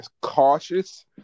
cautious